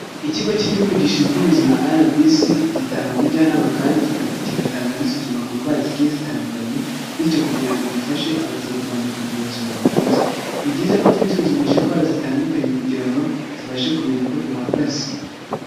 Ikigo cy'igihugu gishinzwe ubuzima RBC, gitanga ubujyanama kandi kigatanga n'isuzuma ku ndwara zigiye zitandukanye, bityo kugira ngo gifashe abaturarwanda kugira ubuzima bwiza. Ni byiza ko twisuzumisha indwara zitandukanye, kugira ngo tubashe kumenya uko duhagaze.